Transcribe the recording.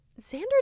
Xander